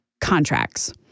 contracts